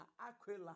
Aquila